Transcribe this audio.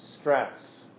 stress